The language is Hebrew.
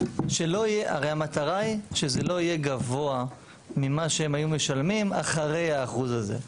הרי המטרה היא שזה לא יהיה גבוה ממה שהם היו משלמים אחרי האחוז הזה.